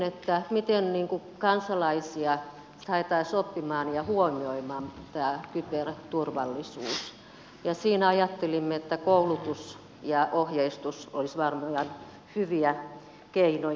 mietimme miten kansalaisia saataisiin oppimaan ja huomioimaan tämä kyberturvallisuus ja siinä ajattelimme että koulutus ja ohjeistus olisivat varmoja hyviä keinoja